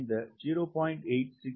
இந்த 0